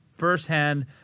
firsthand